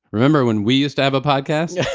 remember when we used to have a podcast?